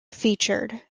featured